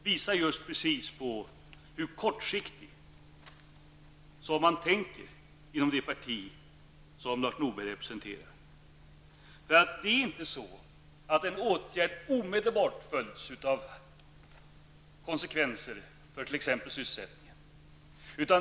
Det visar precis hur kortsiktigt man tänker inom det parti som Lars Det är inte så att en åtgärd omedelbart följs av konsekvenser för t.ex. sysselsättningen.